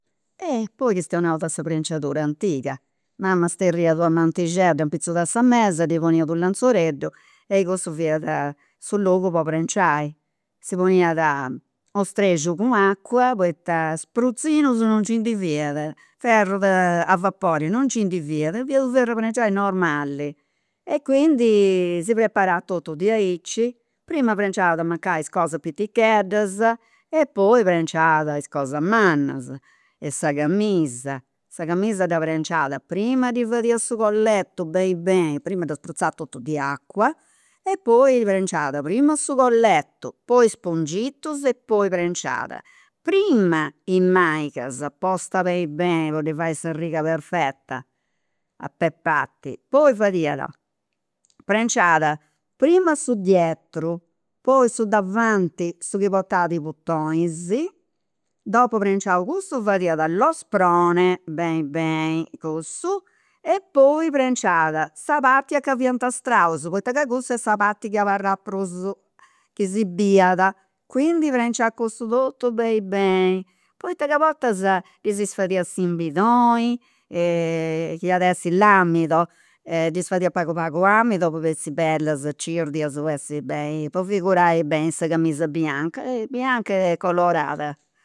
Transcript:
E poi chistionaus de sa prenciadura antiga, mama sterriat una mantixedda in pitzus de sa mesa, ddi poniat u' lenzoreddu e cussu fiat su logu po prenciai. Si poniat u' strexiu cun acua, poita spruzzinus non nci ndi fiat, ferru a vapori non nci ndi fiat, fiat u' ferr'e prenciai normali, e quindi si preparat totu diaici, prima prenciat mancai is cosas piticheddas e poi prenciat is cosas mannas e sa camisa. Sa camisa dda prenciat prima ddi fadiat su colletu beni beni, prima dda prutzat totu di acua, e poi prenciat primu su colletu, poi is pungitus e poi prenciat prima i' manigas postas beni beni po ddi fai sa riga perfetta, a pe' parti, poi fadiat prenciat primu su dietru poi su davanti, su chi portat i' butonis, dopu prenciau cussu fadiat lo sprone, beni beni cussu e poi prenciat sa parti a ca fiant i' straus poita ca cussa est sa parti chi abarrat prus chi si biiat, duncas prenciat cussu totu beni beni poita ca a bortas ddis fadiat s'imbidoni, chi at essi l'amido e ddis fadiat pagu pagu amidu po bessiri bellas cirdias po essi beni, po figurai beni sa camisa bianca e bianca e colorada